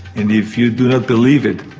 and if you do not believe it,